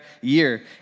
year